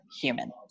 human